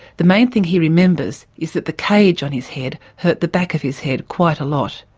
the main thing he remembers is that the cage on his head hurt the back of his head quite a lot.